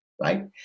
right